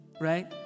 right